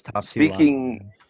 Speaking